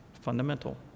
fundamental